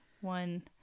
one